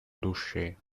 душе